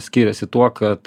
skiriasi tuo kad